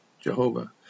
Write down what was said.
Jehovah